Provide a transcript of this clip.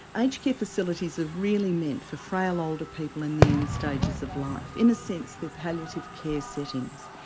aged care facilities are really meant for frail older people in the end stages of life in a sense the palliative care settings.